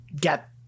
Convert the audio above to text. get